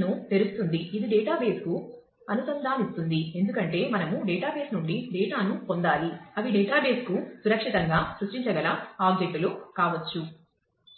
ను తెరుస్తుంది ఇది డేటాబేస్కు అనుసంధానిస్తుంది ఎందుకంటే మనము డేటాబేస్ నుండి డేటాను పొందాలి అవి డేటాబేస్కు సురక్షితంగా సృష్టించగల ఆబ్జెక్ట్ లు కావచ్చు